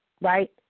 right